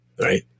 right